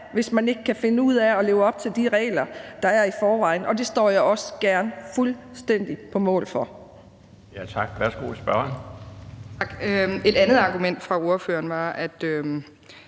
hvis man ikke kan finde ud af at leve op til de regler, der er der i forvejen; det står jeg også gerne fuldstændig på mål for.